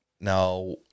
Now